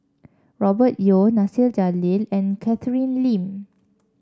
Robert Yeo Nasir Jalil and Catherine Lim